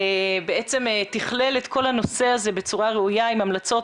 בעצם תיכלל את כל הנושא הזה בצורה ראויה עם המלצות.